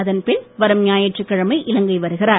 அதன்பின் வரும் ஞாயிற்றுகிழமை இலங்கை வருகிறார்